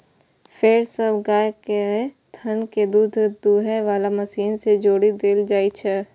फेर सब गाय केर थन कें दूध दुहै बला मशीन सं जोड़ि देल जाइ छै